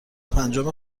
پنجم